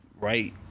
right